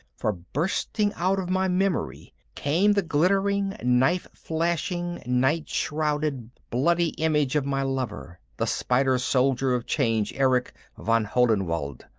for bursting out of my memory came the glittering, knife-flashing, night-shrouded, bloody image of my lover, the spider soldier-of-change erich von hohenwald,